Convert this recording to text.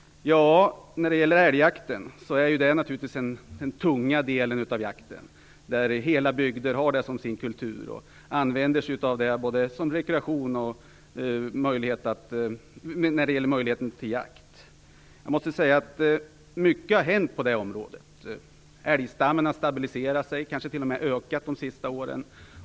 Älgjakten är den tunga delen av jakten. Hela bygder har den som sin kultur. Man använder sig av möjligheten till jakt som rekreation. Mycket har hänt på detta område. Älgstammen har stabiliserat sig och kanske t.o.m. ökat de senaste åren.